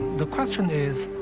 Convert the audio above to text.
the question is,